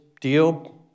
deal